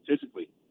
physically